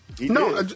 No